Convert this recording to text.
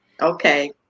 Okay